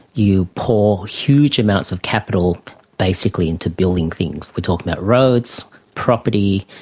you pour huge amounts of capital basically into building things. we're talking about roads, property,